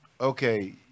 Okay